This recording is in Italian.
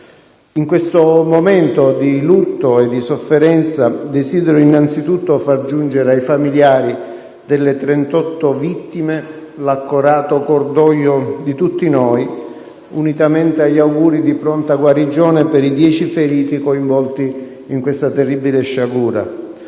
In questo momento di lutto e di sofferenza, desidero innanzitutto far giungere ai familiari delle 38 vittime l’accorato cordoglio di tutti noi, unitamente agli auguri di pronta guarigione per i dieci feriti coinvolti in questa terribile sciagura.